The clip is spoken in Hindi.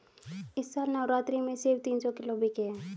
इस साल नवरात्रि में सेब तीन सौ किलो बिके हैं